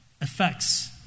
effects